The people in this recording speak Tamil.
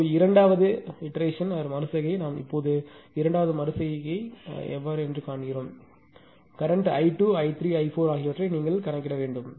இப்போது இரண்டாவது மறு செய்கை நாம் இப்போது இரண்டாவது மறு செய்கையைக் காண்கிறோம் நீங்கள் அழைக்கும் கரண்ட்i2 i3 i4 ஆகியவற்றை நீங்கள் கணக்கிட வேண்டும்